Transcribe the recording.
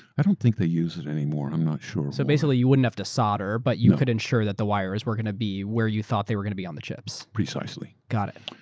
i don't think they use it anymore, i'm not sure. so basically, you wouldn't have to solder but you could ensure that the wire is where going to be where you thought they were going to be on the chips? chips? precisely. got it.